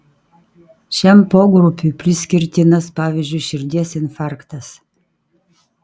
šiam pogrupiui priskirtinas pavyzdžiui širdies infarktas